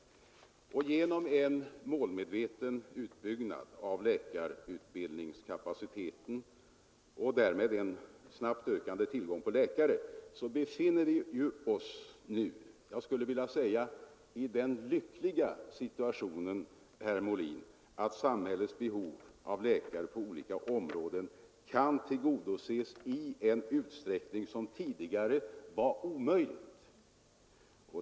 Genom en målmedveten utbyggnad av läkarutbildningskapaciteten och med en snabbt ökande tillgång på läkare befinner vi oss nu i den jag skulle vilja säga lyckliga situationen, herr Molin, att samhällets behov av läkare på olika områden kan tillgodoses i en utsträckning som tidigare var omöjlig.